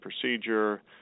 procedure